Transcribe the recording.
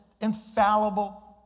infallible